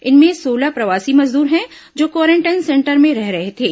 इनमें सोलह प्रवासी मजदूर हैं जो क्वारेंटाइन सेंटर में रह रहे थे